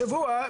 השבוע,